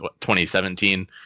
2017